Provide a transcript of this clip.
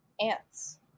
ants